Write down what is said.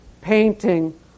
painting